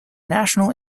national